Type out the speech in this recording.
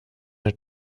der